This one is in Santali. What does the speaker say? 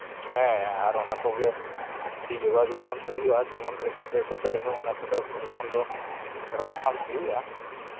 ᱦᱮᱸ ᱟᱨ ᱚᱱᱟ ᱠᱚᱜᱮ ᱟᱹᱰᱤ ᱡᱳᱜᱟᱣ ᱡᱚᱛᱚᱱ ᱦᱩᱭᱩᱜᱼᱟ ᱡᱮᱢᱚᱱ ᱥᱯᱨᱮ ᱠᱚᱛᱮ ᱨᱮᱦᱚᱸ ᱚᱱᱟ ᱠᱚᱫᱚ ᱠᱚᱨᱮ ᱠᱷᱚᱱ ᱦᱚᱸ ᱨᱚᱠᱠᱷᱟᱢ ᱦᱩᱭᱩᱜᱼᱟ